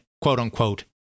quote-unquote